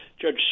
Judge